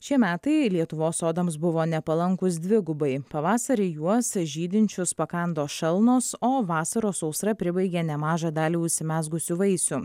šie metai lietuvos sodams buvo nepalankūs dvigubai pavasarį juos žydinčius pakando šalnos o vasaros sausra pribaigė nemažą dalį užsimezgusių vaisių